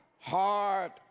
Hard